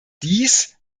dies